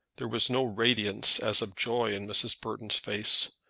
there was no radiance as of joy in mrs. burton's face,